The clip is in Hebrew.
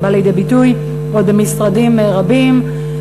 זה בא לידי ביטוי עוד במשרדים רבים,